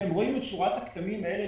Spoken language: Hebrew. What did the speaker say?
אתם רואים את שורת הכתמים האלה,